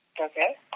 Okay